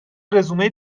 رزومه